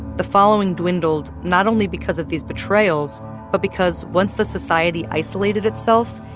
the following dwindled not only because of these betrayals but because once the society isolated itself,